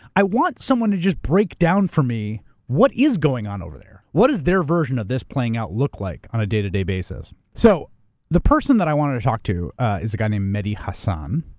i want someone to just break down for me what is going on over there. what is their version of this playing out look like on a day to day basis? so the person that i wanted to talk to is a guy named mehdi hasan,